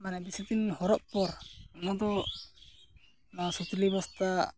ᱢᱟᱱᱮ ᱵᱮᱥᱤᱫᱤᱱ ᱦᱚᱨᱚᱜ ᱯᱚᱨ ᱚᱱᱟᱫᱚ ᱚᱱᱟ ᱥᱩᱛᱞᱤ ᱵᱚᱥᱛᱟ